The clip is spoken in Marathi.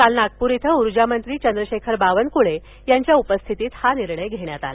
काल नागपूर इथं उर्जामंत्री चंद्रशेखर बावनकुळे यांच्या उपस्थितीत हा निर्णय घेण्यात आला